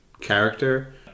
character